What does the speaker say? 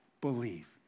believe